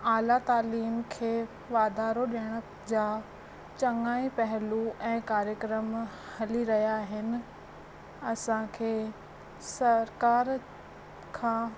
आला तालीमु खे वाधारो ॾियण जा चंङा ई पहेलू ऐं कार्यक्रम हली रहिया आहिनि असांखे सरकार खां